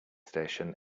station